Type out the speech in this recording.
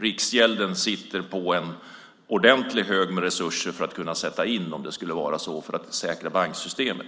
Riksgälden sitter på en ordentlig hög med resurser att sätta in, om det skulle vara så, för att säkra banksystemet.